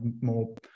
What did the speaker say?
more